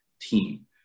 team